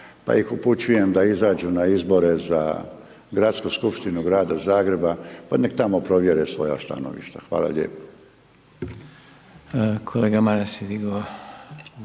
pa ih upućujem da izađu na izbore za Gradsku skupštinu Grada Zagreba, pa nek tamo provjere svoja stanovišta. Hvala lijepa.